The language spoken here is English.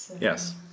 Yes